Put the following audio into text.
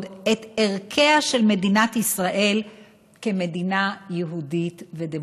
את ערכיה של מדינת ישראל כמדינה יהודית ודמוקרטית.